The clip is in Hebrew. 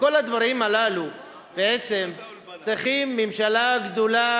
וכל הדברים הללו בעצם צריכים ממשלה גדולה,